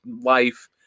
life